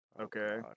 Okay